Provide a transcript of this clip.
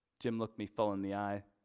jim looked me full in the eye.